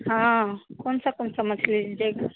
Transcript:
हाँ कौन सा कौन सा मछली लीजिएगा